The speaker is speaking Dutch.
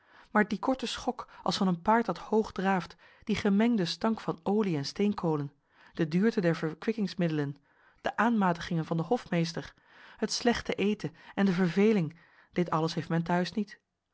maar dien korten schok als van een paard dat hoog draaft dien gemengden stank van olie en steenkolen de duurte der verkwikkingsmiddelen de aanmatigingen van den hofmeester het slechte eten en de verveling dit alles heeft men tehuis niet